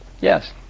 yes